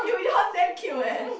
you you hunt them cute eh